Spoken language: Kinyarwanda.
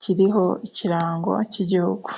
kiriho ikirango cy'igihugu.